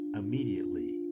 immediately